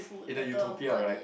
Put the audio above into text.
in a utopia right